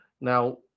Now